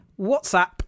WhatsApp